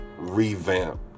revamp